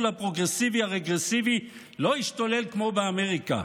הפרוגרסיבי הרגרסיבי לא ישתולל כמו באמריקה.